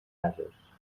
ases